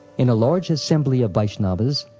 in a large assembly of vaishnavas,